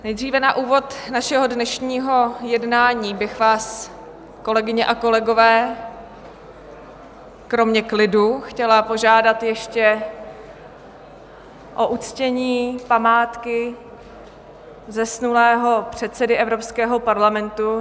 Nejdříve na úvod našeho dnešního jednání bych vás, kolegyně a kolegové, kromě klidu chtěla požádat ještě o uctění památky zesnulého předsedy Evropského parlamentu.